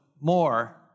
more